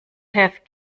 have